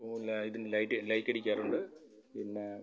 ഓല്ലെ ഇതിന് ലൈഡിയെ ലൈറ്റടിക്കാറുണ്ട് പിന്നേ